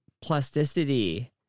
plasticity